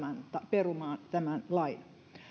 perumaan tämän lain